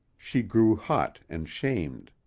she grew hot and shamed.